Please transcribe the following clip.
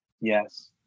Yes